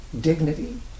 dignity